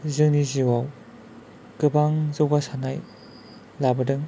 जोंनि जिउआव गोबां जौगासारनाय लाबोदों